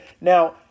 Now